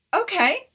okay